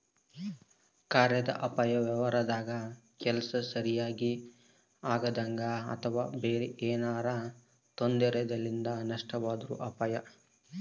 ಕಾರ್ಯಾದ ಅಪಾಯ ವ್ಯವಹಾರದಾಗ ಕೆಲ್ಸ ಸರಿಗಿ ಆಗದಂಗ ಅಥವಾ ಬೇರೆ ಏನಾರಾ ತೊಂದರೆಲಿಂದ ನಷ್ಟವಾದ್ರ ಅಪಾಯ